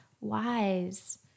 wise